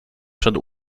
przed